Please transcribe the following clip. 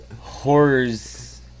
horrors